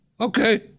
Okay